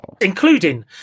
Including